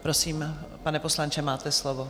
Prosím, pane poslanče, máte slovo.